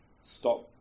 stop